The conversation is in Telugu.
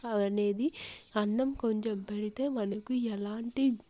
అనేది అన్నం కొంచెం పెడితే మనకు ఎలాంటి